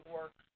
work